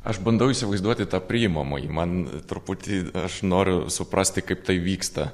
aš bandau įsivaizduoti tą priimamąjį man truputį aš noriu suprasti kaip tai vyksta